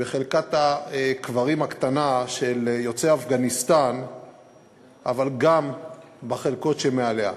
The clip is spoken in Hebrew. בחלקת הקברים הקטנה של יוצאי אפגניסטן אבל גם בחלקות שמעליה.